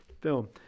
film